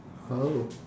how